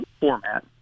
format